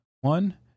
one